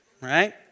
right